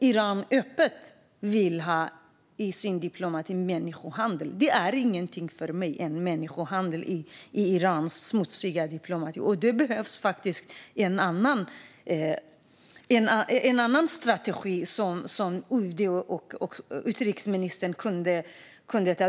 Iran är öppet med att man vill ha människohandel i sin diplomati. Irans smutsiga diplomati är inget för mig. Det behövs en annan strategi, som UD och utrikesministern kan anta.